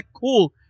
cool